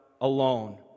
alone